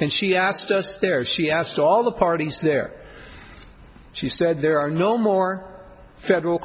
and she asked us there she asked all the parties there she said there are no more federal